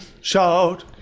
Shout